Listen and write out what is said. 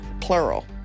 plural